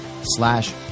slash